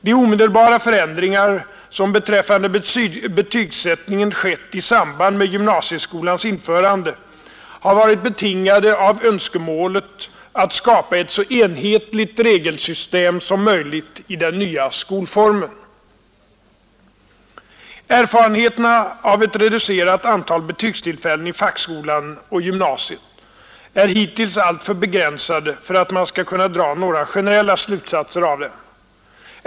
De omedelbara förändringar som beträffande betygsättningen skett i samband med gymnasieskolans införande har varit betingade av önskemälet att skapa ett så enhetligt regelsystem som möjligt i den nya skolformen. Erfarenheterna av ett reducerat antal betygstillfällen i fackskolan och gymnasiet är hittills alltför begränsade för att man skall kunna dra några generella slutsatser av dem.